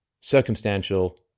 circumstantial